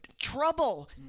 trouble